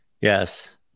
yes